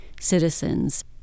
citizens